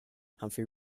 humphrey